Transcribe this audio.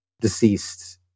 deceased